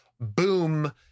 boom